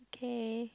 okay